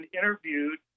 interviewed